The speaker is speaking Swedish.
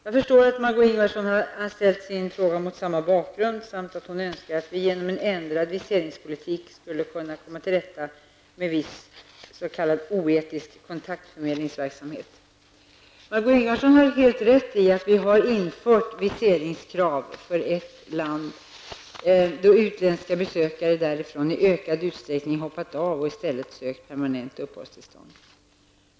Jag förstår att Margó Ingvardsson har ställt sin fråga mot samma bakgrund. Hon önskar att vi genom en ändrad viseringspolitik skulle kunna komma till rätta med viss s.k. oetisk kontaktförmedlingsverksamhet. Margó Ingvardsson har helt rätt i att vi har infört viseringskrav för ett land, då utländska besökare därifrån i ökad utsträckning hoppat av och i stället sökt permanent uppehållstillstånd.